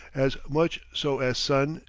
as much so as sun,